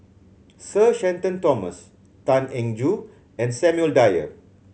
Sir Shenton Thomas Tan Eng Joo and Samuel Dyer